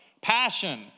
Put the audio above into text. passion